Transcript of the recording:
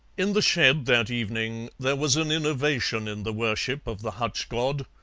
in the shed that evening there was an innovation in the worship of the hutch-god.